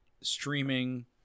Streaming